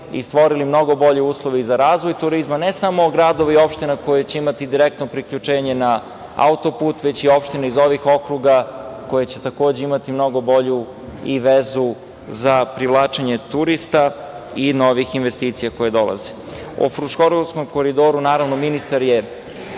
i stvorili mnogo bolje uslove i za razvoj turizma, ne samo gradova i opština koje će imati direktno priključenje na autoput, već i opštine iz ovih okruga, koje će takođe imati mnogo bolju vezu za privlačenje turista i novih investicija koje dolaze.O Fruškogorskom koridoru ministar je